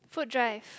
food drive